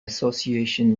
association